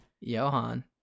Johan